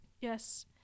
Yes